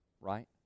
right